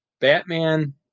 Batman